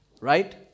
Right